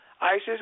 Isis